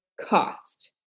cost